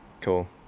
Cool